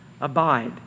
Abide